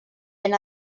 ben